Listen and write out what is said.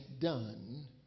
done